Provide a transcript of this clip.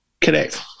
Correct